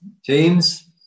James